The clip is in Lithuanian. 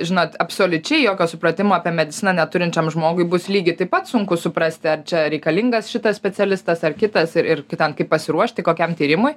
žinot absoliučiai jokio supratimo apie mediciną neturinčiam žmogui bus lygiai taip pat sunku suprasti ar čia reikalingas šitas specialistas ar kitas ir ir kai ten kaip pasiruošti kokiam tyrimui